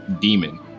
demon